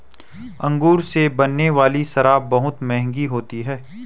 अंगूर से बनने वाली शराब बहुत मँहगी होती है